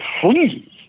Please